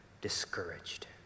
discouraged